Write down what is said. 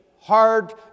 hard